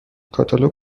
کاتالوگ